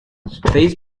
space